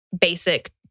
basic